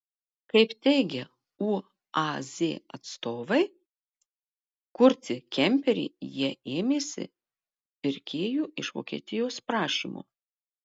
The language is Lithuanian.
kaip teigia uaz atstovai kurti kemperį jie ėmėsi pirkėjų iš vokietijos prašymu